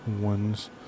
ones